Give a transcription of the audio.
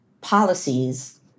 policies